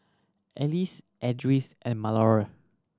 Elzie Edris and Malorie